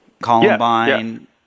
Columbine